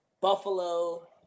Buffalo